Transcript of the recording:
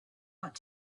ought